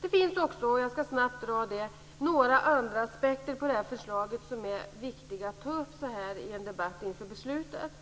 Det finns också - jag ska snabbt dra det - några andra aspekter på detta förslag som är viktiga att ta upp i en debatt inför beslutet.